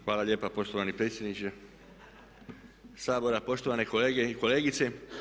Hvala lijepa poštovani predsjedniče Sabora, poštovane kolege i kolegice.